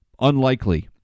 unlikely